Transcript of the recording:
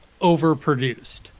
overproduced